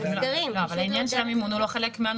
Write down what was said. אם הייתם יודעים שכל מי שחוזר,